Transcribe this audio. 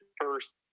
first